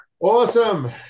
Awesome